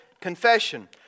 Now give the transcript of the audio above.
confession